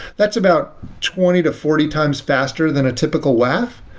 that's about twenty to forty times faster than a typical waf,